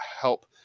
help